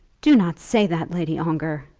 do not say that, lady ongar,